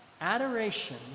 Adoration